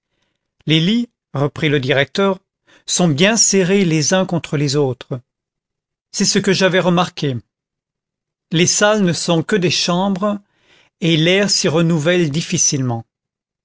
les lits reprit le directeur sont bien serrés les uns contre les autres c'est ce que j'avais remarqué les salles ne sont que des chambres et l'air s'y renouvelle difficilement